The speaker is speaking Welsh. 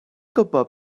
gwybod